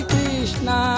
Krishna